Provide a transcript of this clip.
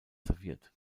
serviert